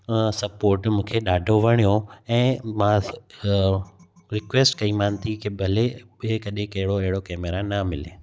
sport मूंखे ॾाढो वणियो ऐं मां रिक्वैस्ट कई मानि थी की भले ॿिए कॾहिं कहिड़ो अहिड़ो कैमरा न मिले